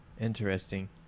interesting